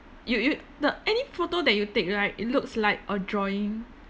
you you the any photo that you take right it looks like a drawing